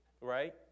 right